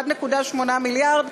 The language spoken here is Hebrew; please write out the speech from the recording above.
1.8 מיליארד,